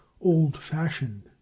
old-fashioned